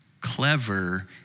clever